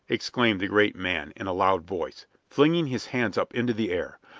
exclaimed the great man, in a loud voice, flinging his hands up into the air.